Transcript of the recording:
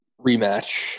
rematch